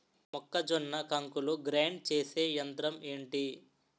మొక్కజొన్న కంకులు గ్రైండ్ చేసే యంత్రం ఏంటి?